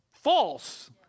false